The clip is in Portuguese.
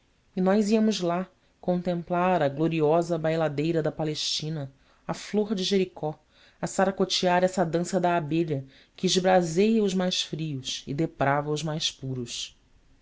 e nós íamos lá contemplar a gloriosa bailadeira da palestina a flor de jericó a saracotear essa dança da abelha que esbraseia os mais frios e deprava os mais puros